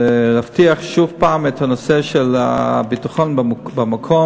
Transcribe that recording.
להבטיח שוב הפעם את הנושא של הביטחון במקום,